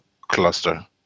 cluster